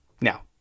Now